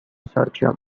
sergio